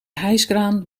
hijskraan